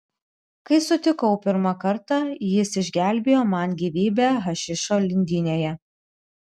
kai sutikau pirmą kartą jis išgelbėjo man gyvybę hašišo lindynėje